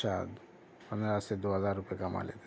اچھا پندرہ سے دو ہزار روپے کما لیتے